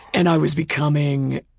and i was becoming,